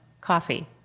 coffee